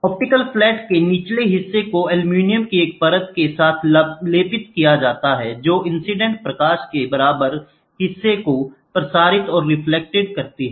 optical flat के निचले हिस्से को एल्यूमीनियम की एक परत के साथ लेपित किया जाता है जो इंसिडेंट प्रकाश के बराबर हिस्से को प्रसारित और रिफ्लेक्ट करता है